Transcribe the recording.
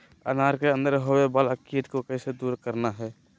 अनार के अंदर होवे वाला कीट के कैसे दूर करना है?